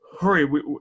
hurry